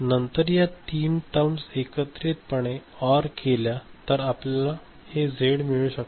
नंतर या तीन टर्म्स एकत्रितपणे ऑर केल्या तर आपल्याला हे झेड मिळू शकते